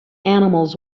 animals